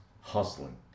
Hustling